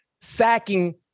sacking